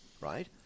right